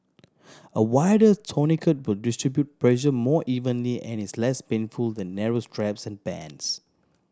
a wider tourniquet will distribute pressure more evenly and is less painful than narrow straps and bands